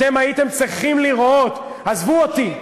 אתם הייתם צריכים לראות, עזבו אותי, 31